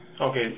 Okay